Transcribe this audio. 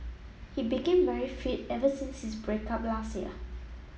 he became very fit ever since his break up last year